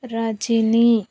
Rajani